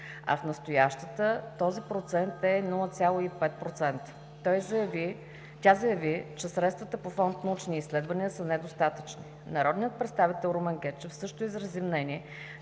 а в настоящата този процент е 0,5 на сто. Тя заяви, че средствата по Фонд „Научни изследвания“ са недостатъчни. Народният представител Румен Гечев също изрази мнение,